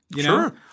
Sure